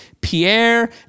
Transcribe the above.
Pierre